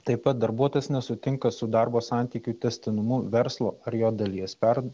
taip pat darbuotojas nesutinka su darbo santykių tęstinumu verslo ar jo dalies per